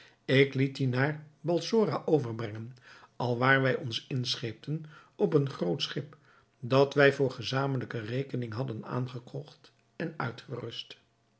ik liet die naar balsora overbrengen alwaar wij ons inscheepten op een groot schip dat wij voor gezamentlijke rekening hadden aangekocht en uitgerust